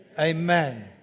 Amen